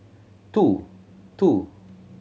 two